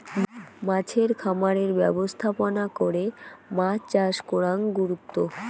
মাছের খামারের ব্যবস্থাপনা করে মাছ চাষ করাং গুরুত্ব